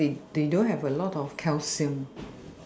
cause they they don't have a lot of calcium